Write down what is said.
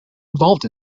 involved